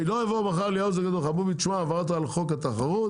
לא יבואו מחר ליעוז יגידו לו תשמע עברת על חוק התחרות,